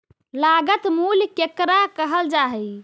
लागत मूल्य केकरा कहल जा हइ?